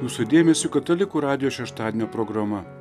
jūsų dėmesiui katalikų radijo šeštadienio programa